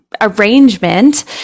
arrangement